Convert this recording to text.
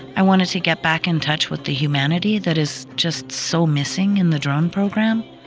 i wanted to get back in touch with the humanity that is just so missing in the drone program.